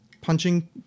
punching